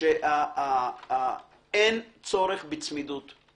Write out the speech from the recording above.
שאין צורך בצמידות.